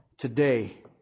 today